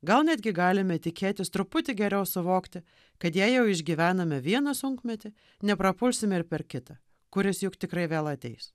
gal netgi galime tikėtis truputį geriau suvokti kad jei jau išgyvename vieną sunkmetį neprapulsime ir per kitą kuris juk tikrai vėl ateis